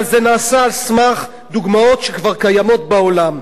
אבל זה נעשה על סמך דוגמאות שכבר קיימות בעולם.